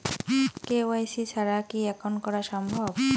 KYC ছাড়া কি account করা সম্ভব?